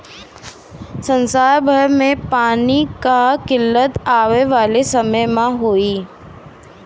संसार भर में पानी कअ किल्लत आवे वाला समय में होई